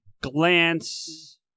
glance